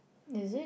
is it